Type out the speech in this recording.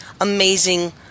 amazing